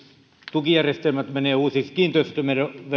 tukijärjestelmät menevät uusiksi kiinteistöverot